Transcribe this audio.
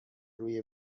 روی